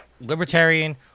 libertarian